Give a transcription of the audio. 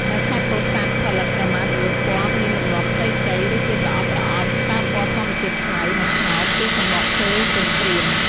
នៅខេត្តពោធិ៍សាត់ ផលិតក្រមាជ្រលក់ពណ៌ មានលំនាំខ្ចីៗ ឬជាប្រអប់ៗ ប្រើពណ៌ធម្មជាតិខ្មៅ និងត្នោត ពីសំបកឈើទន្ទ្រាន។